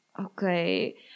Okay